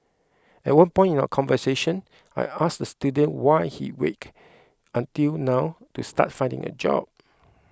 at one point in our conversation I asked the student why he waited until now to start finding a job